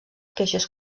queixes